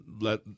let